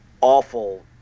awful